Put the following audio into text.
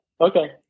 Okay